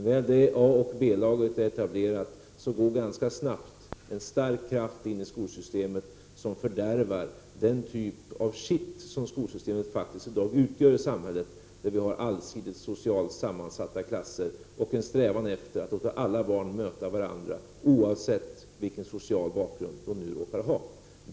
När väl A och B-lagen är etablerade, går ganska snabbt en stark kraft in i skolsystemet, en kraft som fördärvar den typ av kitt som skolsystemet faktiskt i dag utgör i samhället genom att vi har allsidigt socialt sammansatta klasser och en strävan efter att låta alla barn möta varandra, oavsett vilken social bakgrund de nu råkar ha.